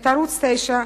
את ערוץ-9,